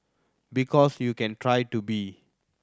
because you can try to be